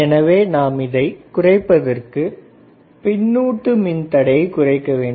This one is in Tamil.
எனவே நாம் இதை குறைப்பதற்கு பின்னுட்டு மின்தடையை குறைக்கவேண்டும்